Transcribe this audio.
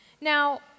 Now